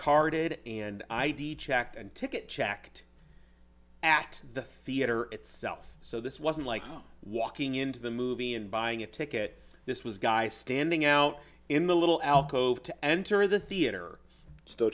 carted and i checked and ticket checked at the theater itself so this wasn't like walking into the movie and buying a ticket this was guy standing out in the little alcove to enter the theater s